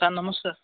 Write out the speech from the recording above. sir ନମସ୍କାର